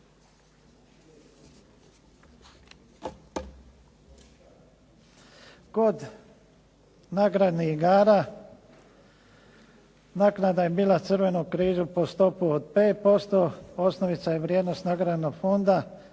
Kod nagradnih igara naknada je bila Crvenom križu po stopi od 5%, osnovica i vrijednost nagradnog fonda